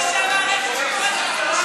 המערכת שקורסת מבושה.